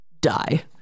die